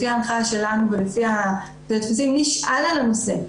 לפי ההנחיה שלנו נשאל על הנושא.